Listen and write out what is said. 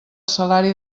salari